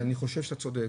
אני חושב שאתה צודק,